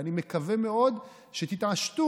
ואני מקווה מאוד שתתעשתו,